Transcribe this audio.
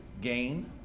gain